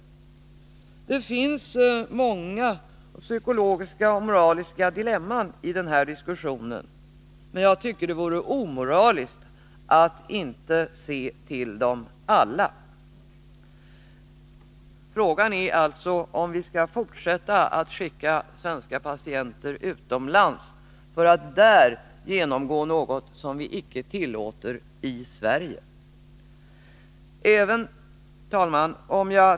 Det finns många psykologiska och moraliska dilemman i den diskussionen, men jag tycker att det vore omoraliskt att inte se till dem alla. Frågan är alltså om vi skall fortsätta att skicka svenska patienter utomlands för att där genomgå något som vi icke tillåter i Sverge. Herr talman!